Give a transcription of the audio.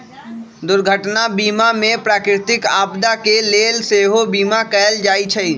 दुर्घटना बीमा में प्राकृतिक आपदा के लेल सेहो बिमा कएल जाइ छइ